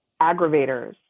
aggravators